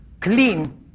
clean